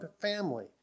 family